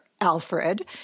Alfred